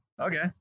Okay